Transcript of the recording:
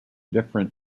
different